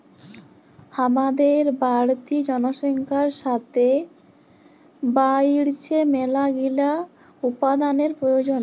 হামাদের বাড়তি জনসংখ্যার সাতে বাইড়ছে মেলাগিলা উপাদানের প্রয়োজন